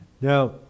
Now